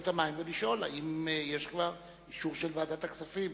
המים ולשאול אם יש כבר אישור של ועדת הכספים,